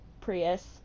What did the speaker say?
Prius